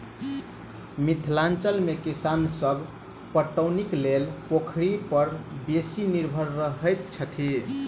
मिथिला मे किसान सभ पटौनीक लेल पोखरि पर बेसी निर्भर रहैत छथि